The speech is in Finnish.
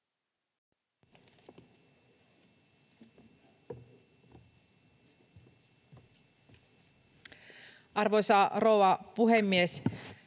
Arvoisa rouva puhemies!